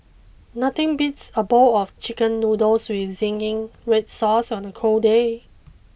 nothing beats a bowl of chicken noodles with zingy red sauce on a cold day